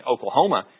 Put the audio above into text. Oklahoma